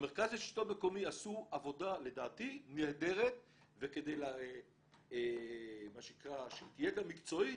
במרכז השלטון המקומי עשו עבודה לדעתי נהדרת וכדי שהיא תהיה גם מקצועית